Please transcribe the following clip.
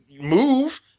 move